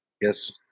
Yes